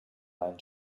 nine